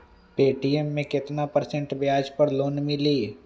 Paytm मे केतना percent ब्याज पर लोन मिली?